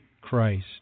Christ